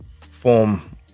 form